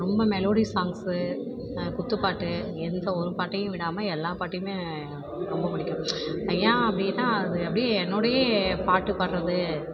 ரொம்ப melody songs குத்துப்பாட்டு எந்த ஒரு பாட்டையும் விடாமல் எல்லா பாட்டையுமே ரொம்ப பிடிக்கும் ஏன் அப்படின்னா அது அப்படியே என்னோடையே பாட்டு பாடுறது